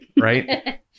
right